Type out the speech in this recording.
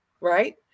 right